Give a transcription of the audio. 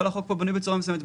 כל החוק פה בנוי בצורה מסוימת.